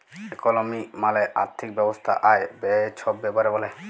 ইকলমি মালে আথ্থিক ব্যবস্থা আয়, ব্যায়ে ছব ব্যাপারে ব্যলে